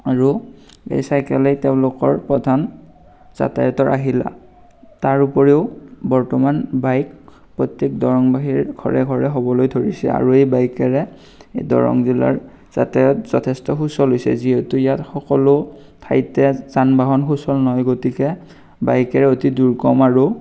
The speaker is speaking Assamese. আৰু এই চাইকেলেই তেওঁলোকৰ প্ৰধান যাতায়তৰ আহিলা তাৰ উপৰিও বৰ্তমান বাইক প্ৰত্যেক দৰংবাসীৰ ঘৰে ঘৰে হ'বলৈ ধৰিছে আৰু এই বাইকেৰে দৰং জিলাৰ যাতায়ত যথেষ্ট সুচল হৈছে যিহেতু ইয়াত সকলো ঠাইতে যান বাহন সুচল নহয় গতিকে বাইকেৰে অতি দুৰ্গম আৰু